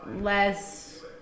less